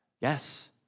Yes